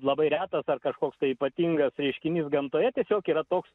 labai retas ar kažkoks ypatingas reiškinys gamtoje tiesiog yra toks